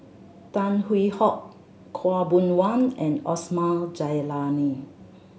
Tan Hwee Hock Khaw Boon Wan and Osman Zailani